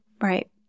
Right